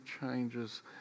changes